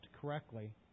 correctly